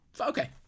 okay